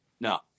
No